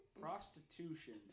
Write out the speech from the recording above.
prostitution